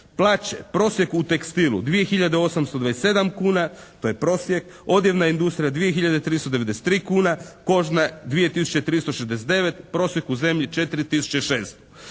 Plaće, prosjek u tekstilu 2827 kuna. To je prosjek. Odjevna industrija 2393 kuna. Kožna 2369. Prosjek u zemlji 4600.